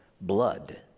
blood